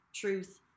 truth